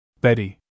Betty